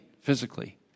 physically